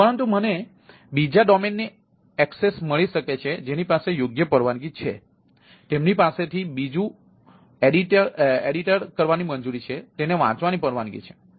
પરંતુ મને બીજા ડોમેનની એક્સેસ મળી શકે છે જેની પાસે યોગ્ય પરવાનગી છે તેમની પાસેથી બીજું સંપાદન કરવાની મંજૂરી છે તેને વાંચવાની પરવાનગી છે